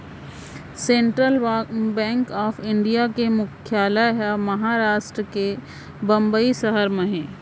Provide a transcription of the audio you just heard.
central bank of India के मुख्यालय ह महारास्ट के बंबई सहर म हे